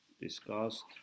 discussed